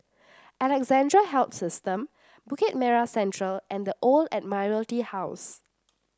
Alexandra Health System Bukit Merah Central and The Old Admiralty House